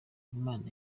imana